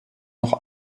noch